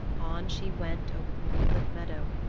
on she went over the moonlit meadow,